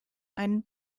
einen